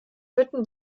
bitten